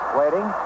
waiting